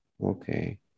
okay